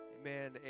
amen